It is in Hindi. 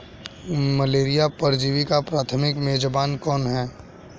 मलेरिया परजीवी का प्राथमिक मेजबान कौन है?